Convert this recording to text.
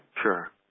Sure